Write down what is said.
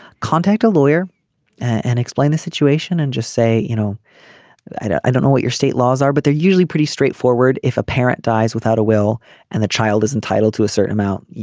contact a lawyer and explain the situation and just say you know i don't know what your state laws are but they're usually pretty straightforward. if a parent dies without a will and the child is entitled to a certain amount.